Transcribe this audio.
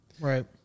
right